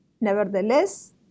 Nevertheless